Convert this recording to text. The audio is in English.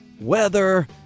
weather